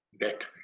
debt